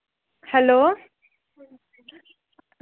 hello